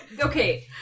Okay